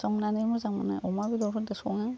संनानै मोजां मोनो अमा बेदरफोरखौ सङो